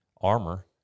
armor